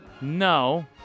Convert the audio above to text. No